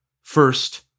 First